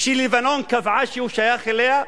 שלבנון קבעה שהוא שייך אליה?